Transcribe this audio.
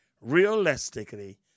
realistically